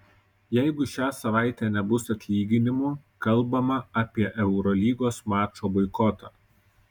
jeigu šią savaitę nebus atlyginimų kalbama apie eurolygos mačo boikotą